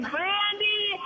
Brandy